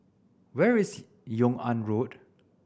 where is Yung An Road